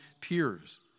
peers